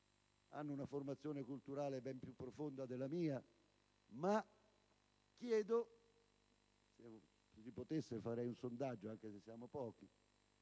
hanno una formazione culturale ben più profonda della mia, ma chiedo (se si potesse farei un sondaggio, anche se siamo pochi)